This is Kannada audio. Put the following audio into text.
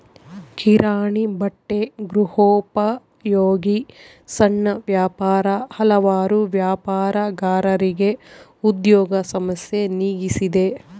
ಕಿರಾಣಿ ಬಟ್ಟೆ ಗೃಹೋಪಯೋಗಿ ಸಣ್ಣ ವ್ಯಾಪಾರ ಹಲವಾರು ವ್ಯಾಪಾರಗಾರರಿಗೆ ಉದ್ಯೋಗ ಸಮಸ್ಯೆ ನೀಗಿಸಿದೆ